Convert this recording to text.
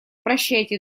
прощайте